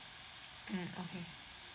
mm okay